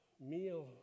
meal